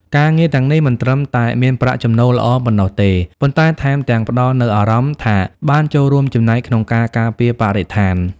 ការងារទាំងនេះមិនត្រឹមតែមានប្រាក់ចំណូលល្អប៉ុណ្ណោះទេ ប៉ុន្តែថែមទាំងផ្តល់នូវអារម្មណ៍ថាបានចូលរួមចំណែកក្នុងការការពារបរិស្ថាន។